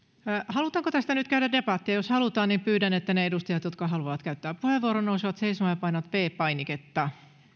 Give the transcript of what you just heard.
halutaanko tästä nyt käydä debattia ja jos halutaan niin pyydän että ne edustajat jotka haluavat käyttää puheenvuoron nousevat seisomaan ja painavat viides painiketta